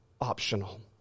optional